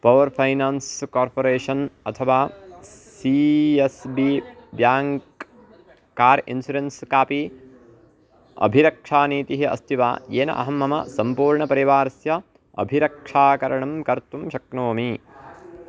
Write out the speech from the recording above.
power finance corporation अथवा C S B bank car insurance कापि अभिरक्षानीतिः अस्ति वा येन अहं मम सम्पूर्णपरिवारस्य अभिरक्षाकरणं कर्तुं शक्नोमि